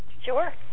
Sure